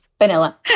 Vanilla